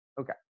Okay